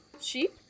sheep